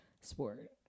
sport